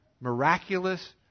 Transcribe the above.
miraculous